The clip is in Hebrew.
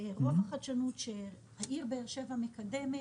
חדשנות שהעיר באר שבע מקדמת,